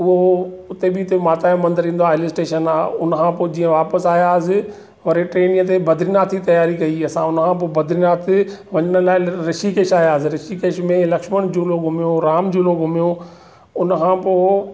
उहो उते बि हिते माता जो मंदरु ईंदो आहे हिल स्टेशन आहे उनखां पोइ जीअं वापसि आयासीं वरी ट्रेन ते बद्रीनाथ जी तयारी कई असां हुनखां पोइ बद्रीनाथ वञण लाइ ॠषिकेश आयासीं ॠषिकेश में लक्ष्मण झूलो घुमियो राम झूलो घुमियो उनखां पोइ